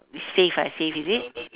save ah save is it